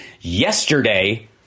yesterday